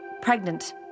Pregnant